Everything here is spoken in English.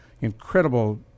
incredible